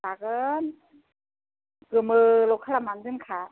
जागोन गोमोल' खालामनानै दोनखा